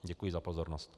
Děkuji za pozornost.